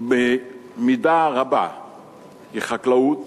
במידה רבה היא חקלאות